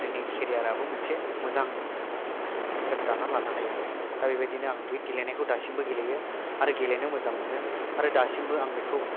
जोंनि केरियार आबो मोनसे मोजां जों दाना लानो हायो आरो दा बेबायदिनो आं बे गेलेनायखौ आं दासिमबो गेलेयो आरो गेलेनो मोजां मोनो आरो दासिमबो आं बेखौ